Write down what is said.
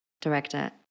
director